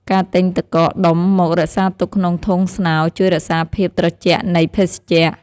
ការទិញទឹកកកដុំមករក្សាទុកក្នុងធុងស្នោ ជួយរក្សាភាពត្រជាក់នៃភេសជ្ជៈ។